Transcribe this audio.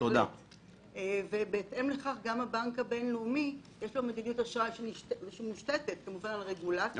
לבנק הבינלאומי יש מדיניות אשראי שמושתתת על רגולציה,